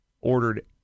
ordered